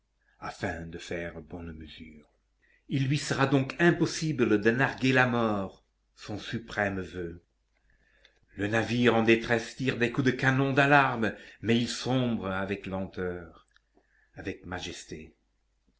afin de faire bonne mesure il lui sera donc impossible de narguer la mort son suprême voeu le navire en détresse tire des coups de canon d'alarme mais il sombre avec lenteur avec majesté